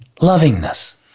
lovingness